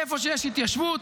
איפה שיש התיישבות,